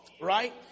right